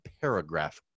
paragraph